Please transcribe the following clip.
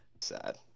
Sad